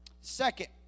Second